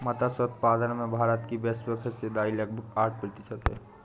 मत्स्य उत्पादन में भारत की वैश्विक हिस्सेदारी लगभग आठ प्रतिशत है